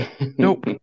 Nope